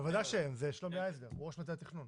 בוודאי שהם, זה שלומי הייזלר, הוא ראש מטה התכנון.